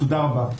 תודה רבה.